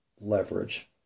leverage